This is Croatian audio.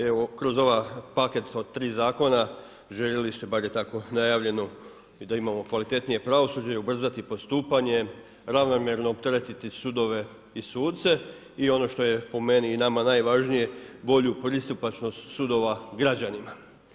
Evo kroz ovaj paket od 3 zakona željeli ste, bar je tako najavljeno i da imamo kvalitetnije pravosuđe i ubrzati postupanje, ravnomjerno opteretiti sudove i suce i ono što je po meni i nama najvažnije bolju pristupačnost sudova građanima.